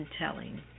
telling